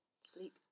Sleep